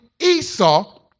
Esau